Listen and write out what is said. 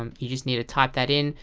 um you just need to type that in.